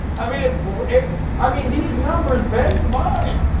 i mean i mean these numbers bend the mind!